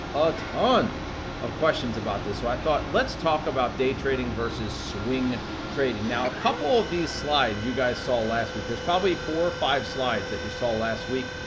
a ton of questions about this. so, i thought, let's talk about day trading versus swing trading. now, a couple of these slides, you guys saw last week there's probably four or five slides that you saw last week.